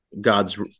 God's